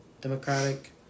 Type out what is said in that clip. Democratic